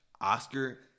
Oscar